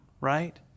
right